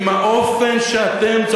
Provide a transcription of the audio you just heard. עם האופן שאתם,